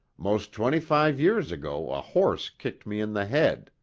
most twenty-five years ago a horse kicked me in the head.